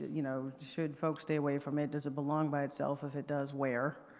you know, should folks stay away from it? does it belong by itself? if it does, where?